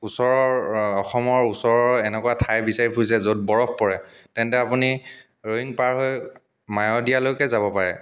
ওচৰৰ অসমৰ ওচৰৰ এনেকুৱা ঠাই বিচাৰি ফুৰিছে য'ত বৰফ পৰে তেন্তে আপুনি ৰ'য়িং পাৰ হৈ মায়'দিয়ালৈকে যাব পাৰে